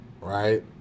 Right